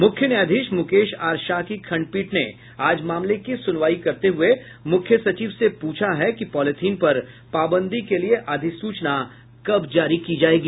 मुख्य न्यायाधीश मुकेश आर शाह की खंडपीठ ने आज मामले की सुनवाई करते हुये मुख्य सचिव से पूछा है कि पॉलिथिन पर पाबंदी के लिए अधिसूचना कब जारी की जायेगी